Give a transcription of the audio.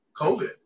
COVID